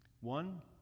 One